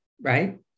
right